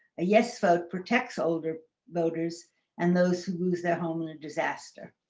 a yes vote protects older voters and those who lose their home in a disaster.